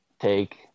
take